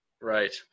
Right